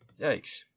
yikes